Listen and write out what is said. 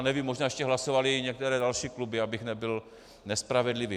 Nevím, možná ještě hlasovaly některé další kluby, abych nebyl nespravedlivý.